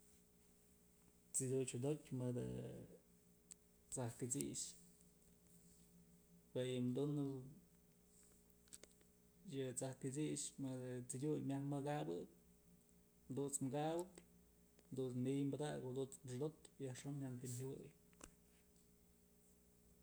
T'sëdyut xodotyë mëdë t'saj kët'six jue yëm dunëp yë t'saj kët'six mëdë t'sëdyut myaj mëkabëp dunt's kabëp dun ni'iy padakëp jadunt's xodotëp yajxon jyantëm jyawëy.